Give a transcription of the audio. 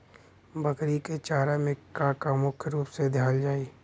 बकरी क चारा में का का मुख्य रूप से देहल जाई?